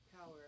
power